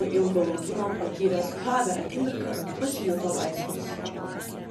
po ilgo laukimo patyręs žavią akimirką pasijuto laisvas